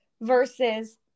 versus